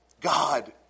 God